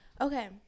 Okay